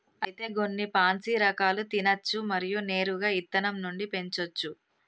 అయితే గొన్ని పాన్సీ రకాలు తినచ్చు మరియు నేరుగా ఇత్తనం నుండి పెంచోచ్చు